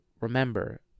remember